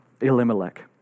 Elimelech